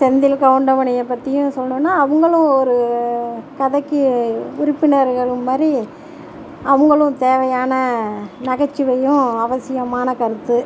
செந்தில் கவுண்டமணியை பற்றியும் சொல்லணுனா அவங்களும் ஒரு கதைக்கு உறுப்பினர்கள்மாதிரி அவங்களும் தேவையான நகைச்சுவையும் அவசியமான கருத்து